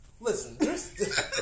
listen